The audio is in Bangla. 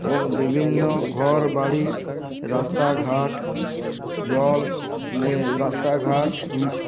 এবং বিভিন্ন ঘর বাড়ি রাস্তাঘাট জল নে রাস্তাঘাট